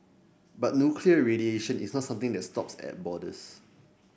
but nuclear radiation is not something that stops at borders